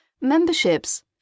Memberships